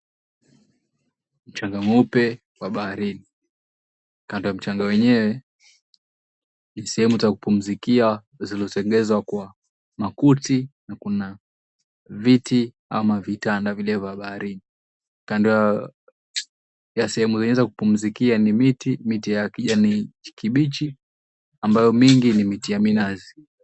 Mchanga mweupe wa baharini. Kando ya mchanga mwenyewe ni sehemu za kupumzikia zikiwa zilizotengenezwa kwa makuti na kuna viti ama vitanda vile vya baharini. Kando ya sehemu zenyewe za kupumzikia miti, miti ya kijani kibichi ambayo mingi ni miti ya minazi.